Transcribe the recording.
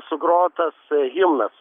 sugrotas himnas